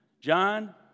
John